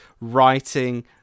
writing